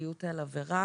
חזרתיות על עבירה,